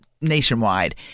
nationwide